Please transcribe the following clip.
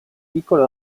piccolo